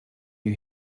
you